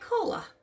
COLA